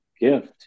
gift